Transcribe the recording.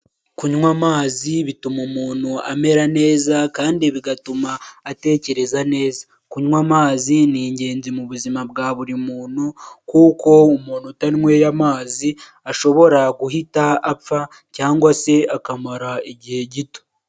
Kunywa amazi bituma umuntu amera neza kandi bigatuma atekereza neza, kunywa amazi ni ingenzi mu buzima bwa buri muntu kuko umuntu utanyweye amazi ashobora guhita apfa cyangwa se akamara igihe gito.